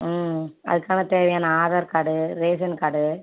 ம் அதுக்கான தேவையான ஆதார் கார்டு ரேஷன் கார்டு